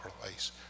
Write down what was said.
place